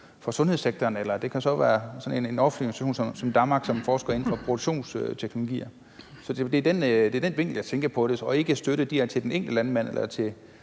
for sundhedssektoren. Eller det kan så være sådan en offentlig institution som DAMRC, som forsker inden for produktionsteknologier. Det er den vinkel, jeg tænker på, og ikke støtte direkte til den enkelte landmand eller til